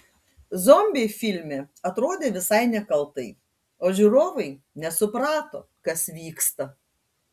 zombiai filme atrodė visai nekaltai o žiūrovai nesuprato kas vyksta